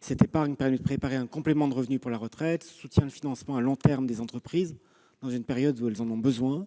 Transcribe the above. Cette épargne permet de préparer un complément de revenu pour la retraite et elle soutient le financement à long terme des entreprises dans une période où celles-ci en ont besoin.